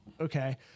okay